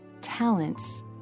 talents